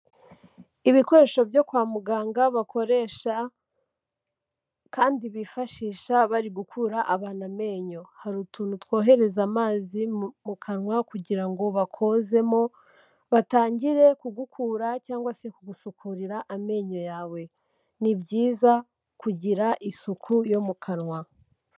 Ibikoresho byo kwa muganga bakoresha kandi bifashisha bari gukura abantu amenyo, hari utuntu twohereza amazi mu kanwa kugira ngo bakozemo batangire kugukura cyangwa se kugusukuri amenyo yawe, ni byiza kugira isuku yo mu kanwa.